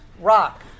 rock